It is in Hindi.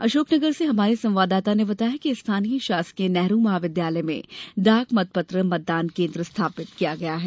अशोकनगर से हमारे संवाददाता ने बताया है कि स्थानीय शासकीय नेहरू महाविद्यालय में डाक मत पत्र मतदान केन्द्र स्थापित किया गया है